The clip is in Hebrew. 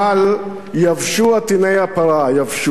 אבל יבשו עטיני הפרה, יבשו.